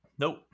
Nope